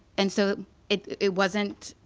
and so it wasn't